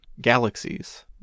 galaxies